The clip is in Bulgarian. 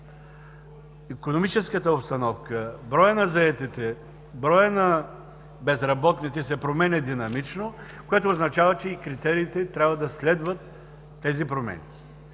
икономическата обстановка, броят на заетите, броят на безработните се променя динамично, а това означава, че критериите трябва да следват тези промени.